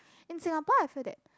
in Singapore I feel that